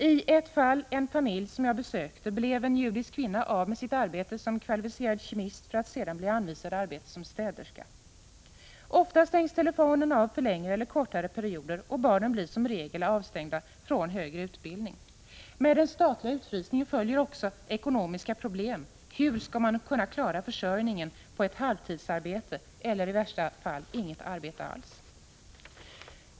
I ett fall blev en judisk kvinna, vars familj jag besökte, av med sitt arbete som kvalificerad kemist för att sedan bli anvisad arbete som städerska. Ofta stängs deras telefoner av för längre eller kortare perioder. Barnen blir som regel utestängda från högre utbildning. Med statens utfrysning följer ekonomiska problem: Hur skall man klara försörjningen på ett halvtidsarbete, eller i värsta fall inget arbete alls?